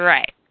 Right